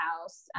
house